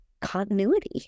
continuity